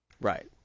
Right